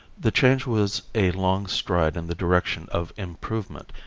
the change was a long stride in the direction of improvement,